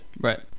right